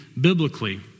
biblically